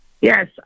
Yes